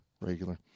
regular